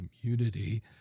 community